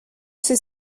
ces